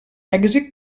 èxit